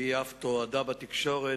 והיא אף תועדה בתקשורת,